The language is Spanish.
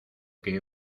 que